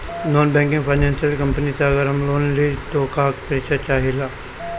Non banking financial company से अगर हम लोन लि त का का परिचय चाहे ला?